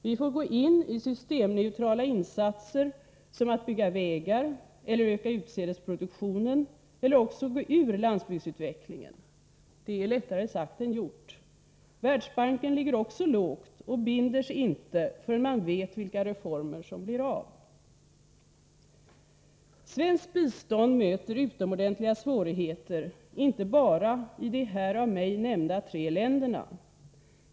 Vi får gå in i systemneutrala insatser, som att bygga vägar eller öka utsädesproduktionen eller också gå ur landsbygdsutvecklingen. Det är lättare sagt än gjort. Världsbanken ligger också lågt och binder sig inte förrän man vet vilka reformer som blir av.” Svenskt bistånd möter utomordentliga svårigheter inte bara i de här av mig nämnda tre länderna.